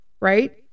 right